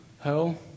hell